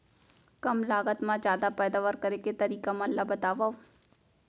कम लागत मा जादा पैदावार करे के तरीका मन ला बतावव?